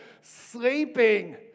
sleeping